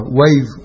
wave